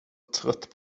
trött